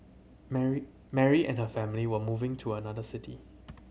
Mary Mary and her family were moving to another city